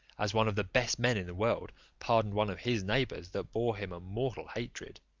as one of the best men in the world pardoned one of his neighbours that bore him a mortal hatred.